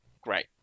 great